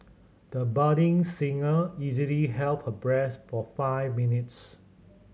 the budding singer easily held her breath for five minutes